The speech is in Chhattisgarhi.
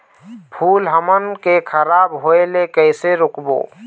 फूल हमन के खराब होए ले कैसे रोकबो?